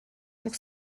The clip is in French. pour